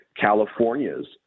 California's